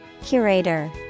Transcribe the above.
Curator